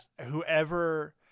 whoever